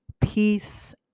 peace